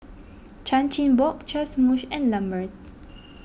Chan Chin Bock Joash Moosh and Lambert